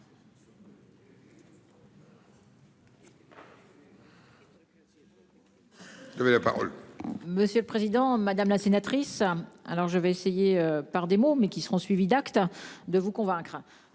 Monsieur le président, madame la sénatrice. Alors je vais essayer par des mots mais qui seront suivies d'actes de vous convaincre.